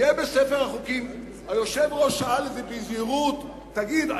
יהיה בספר החוקים היושב-ראש שאל את זה בזהירות: תגיד,